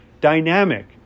dynamic